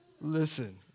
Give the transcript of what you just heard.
Listen